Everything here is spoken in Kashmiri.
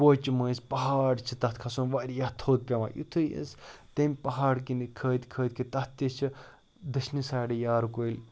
کوچہِ مٔنٛزۍ پہاڑ چھِ تَتھ کھسُن واریاہ تھوٚد پٮ۪وان یُتھُے أسۍ تَمہِ پہاڑ کِنی کھٔتۍ کھٔتۍ کہِ تَتھ تہِ چھِ دٔچھنہِ سایڈٕ یارٕ کُلۍ